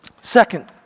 Second